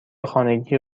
خانگی